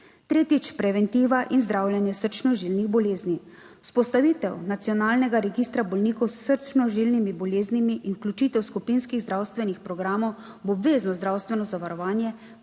Tretjič. Preventiva in zdravljenje srčno žilnih bolezni. Vzpostavitev nacionalnega registra bolnikov s srčno žilnimi boleznimi in vključitev skupinskih zdravstvenih programov v obvezno zdravstveno zavarovanje